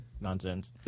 nonsense